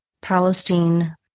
Palestine